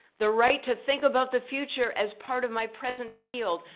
the right to think about the future as part of my present field,